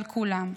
על כולם.